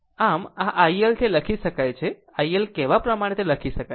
આમ આ iL તે લખી શકાય છે iL કહેવા પ્રમાણે લખી શકાય છે